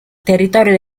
territorio